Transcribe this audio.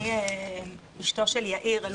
אני אשתו של יאיר ביסמוט,